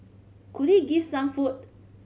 could he give some food